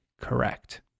correct